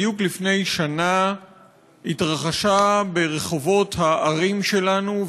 בדיוק לפני שנה התרחשה ברחובות הערים שלנו,